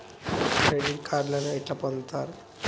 Credit కార్డులను ఎట్లా పొందుతరు?